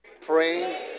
praying